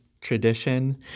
tradition